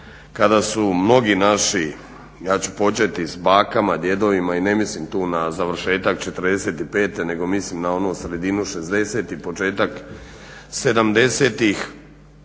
kada su mnogi naši ja ću početi s bakama, djedovima i ne mislim tu na završetak '45.nego mislim na onu sredinu šezdesetih i